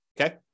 okay